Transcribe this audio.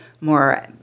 more